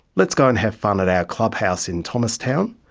let's go and have fun at our clubhouse in thomastown.